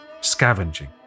scavenging